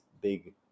big